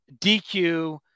dq